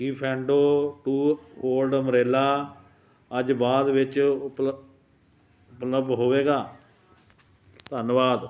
ਕੀ ਫੈਨਡੋ two old umbrella ਅੱਜ ਬਾਅਦ ਵਿੱਚ ਉਪਲੱ ਉਪਲੱਬਧ ਹੋਵੇਗਾ ਧੰਨਵਾਦ